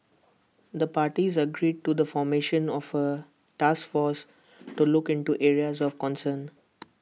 the parties agreed to the formation of A task force to look into areas of concern